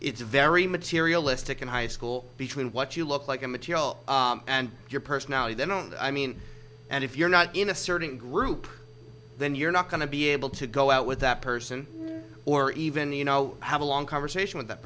it's very materialistic in high school between what you look like a material and your personality they don't i mean and if you're not in a certain group then you're not going to be able to go out with that person or even you know have a long conversation with that